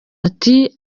ati